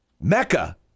Mecca